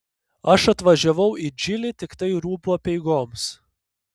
aš atvažiavau į džilį tiktai rūbų apeigoms